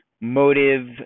motive